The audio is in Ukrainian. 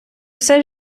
все